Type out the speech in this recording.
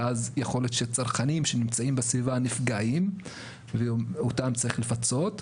ואז יכול להיות שצרכנים שנמצאים בסביבה נפגעים וצריך לפצות אותם.